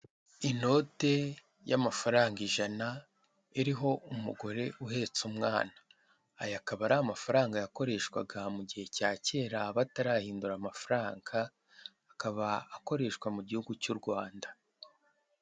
Inote y'amafaranga ijana, iriho umugore uhetse umwana. Aya akaba ari amafaranga yakoreshwaga mu gihe cya kera batarahindura amafaranga, akaba akoreshwa mu Gihugu cy'u Rwanda.